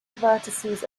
vertices